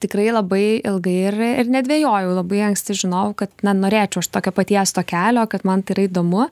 tikrai labai ilgai ir ir nedvejojau labai anksti žinojau kad norėčiau aš tokio paties to kelio kad man tai yra įdomu